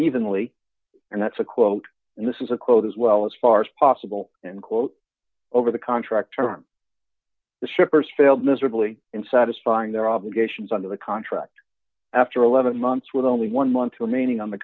evenly and that's a quote and this is a quote as well as far as possible and quote over the contract term the shippers failed miserably in satisfying their obligations under the contract after eleven months with only one month remaining on the